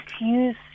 use